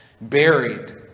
Buried